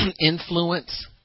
influence